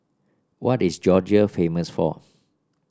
what is Georgia famous for